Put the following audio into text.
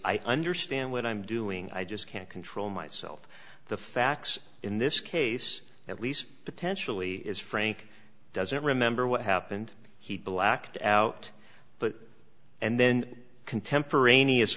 i understand what i'm doing i just can't control myself the facts in this case at least potentially is frank doesn't remember what happened he blacked out but and then contemporaneous